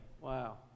Wow